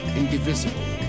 indivisible